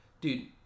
dude